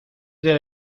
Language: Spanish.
del